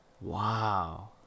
Wow